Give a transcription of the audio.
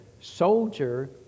soldier